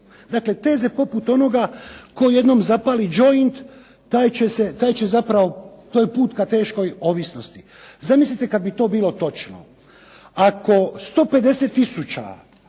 Dakle, teze poput onoga tko jednom zapali džoint taj će zapravo to je put ka teškoj ovisnosti. Zamislite kada bi to bilo točno. Ako 150 tisuća